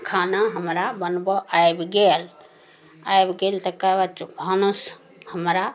खाना हमरा बनबऽ आबि गेल आबि गेल तकर बाद भानस हमरा